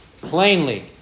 plainly